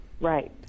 Right